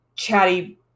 chatty